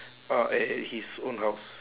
ah at at his own house